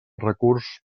recurs